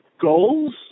goals